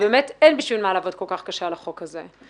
- באמת אין בשביל מה לעבוד כל כך קשה על החוק הזה.